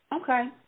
Okay